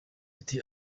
ati